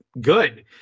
good